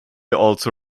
also